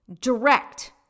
direct